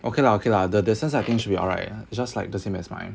okay lah okay lah the the sensor I think should be all right it's just like the same as mine